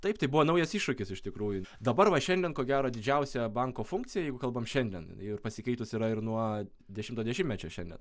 taip tai buvo naujas iššūkis iš tikrųjų dabar va šiandien ko gero didžiausia banko funkcija jeigu kalbam šiandien ir pasikeitus yra ir nuo dešimto dešimtmečio šiandien